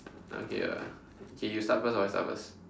okay uh okay you start first or I start first